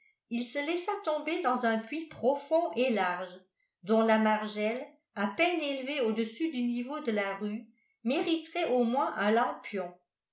il se laissa tomber dans un puits profond et large dont la margelle à peine élevée au-dessus du niveau de la rue mériterait au moins un lampion